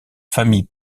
famille